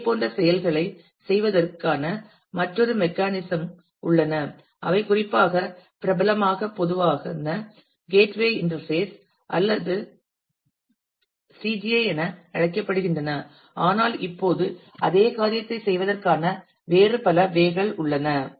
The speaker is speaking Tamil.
இதேபோன்ற செயல்களைச் செய்வதற்கான மற்றொரு மெக்கானிசம் கள் உள்ளன அவை குறிப்பாக பிரபலமாக பொதுவான கேட்வே இன்டர்பேஸ் அல்லது சிஜிஐ என அழைக்கப்படுகின்றன ஆனால் இப்போது அதே காரியத்தைச் செய்வதற்கான வேறு பல வே கள் உள்ளன